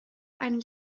einen